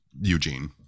Eugene